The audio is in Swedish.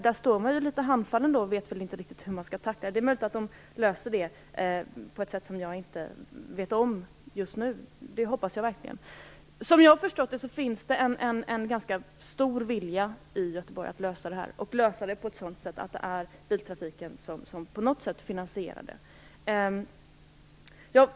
Därför står man litet handfallen och vet inte riktigt hur man skall tackla situationen. Det är möjligt att det går att lösa på ett sätt som jag inte vet något om just nu. Det hoppas jag verkligen. Som jag har förstått det finns det en ganska stor vilja i Göteborg att lösa detta problem, och lösa det på ett sådant sätt att det är biltrafiken som på något sätt finansierar det.